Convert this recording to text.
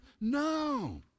No